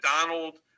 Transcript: Donald